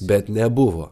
bet nebuvo